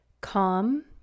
calm